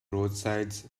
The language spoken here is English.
roadsides